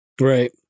Right